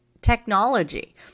technology